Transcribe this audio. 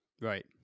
Right